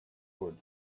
good